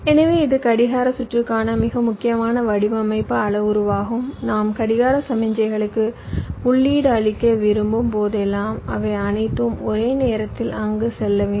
எனவே இது கடிகார சுற்றுக்கான மிக முக்கியமான வடிவமைப்பு அளவுருவாகும் நாம் கடிகார சமிக்ஞைக்கு உள்ளிடு அளிக்க விரும்பும் போதெல்லாம் அவை அனைத்தும் ஒரே நேரத்தில் அங்கு செல்ல வேண்டும்